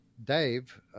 Dave